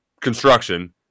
construction